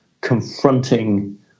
confronting